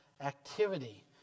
activity